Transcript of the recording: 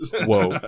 Whoa